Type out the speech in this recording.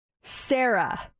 Sarah